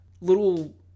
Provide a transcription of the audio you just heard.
little